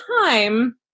time